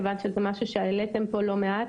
מכיוון שזה דבר שהעליתם לא מעט.